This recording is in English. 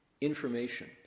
information